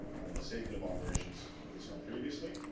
on the statement of operations that we saw previously